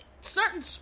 certain